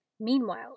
Meanwhile